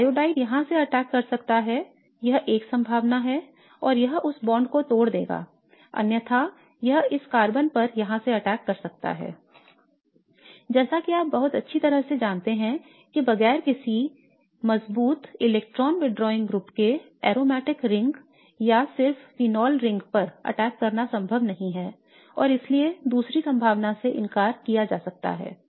तो आयोडाइड यहां से attack कर सकता है यह एक संभावना है और यह उस बॉन्ड को तोड़ देगा अन्यथा यह इस कार्बन पर यहां से अटैक कर सकता है I जैसा कि आप बहुत अच्छी तरह से जानते हैं की बगैर किसी मजबूत इलेक्ट्रॉन विदड्रॉइंग ग्रुप के एरोमेटिक रिंग या सिर्फ एक फिनोल रिंग पर अटैक करना संभव नहीं है और इसलिए दूसरी संभावना से इंकार किया जा सकता है